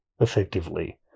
effectively